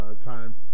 time